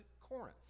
Corinth